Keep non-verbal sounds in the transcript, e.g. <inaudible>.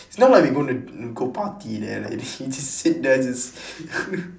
it's not like you gonna you go party there like you you just sit there just <laughs>